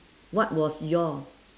what was your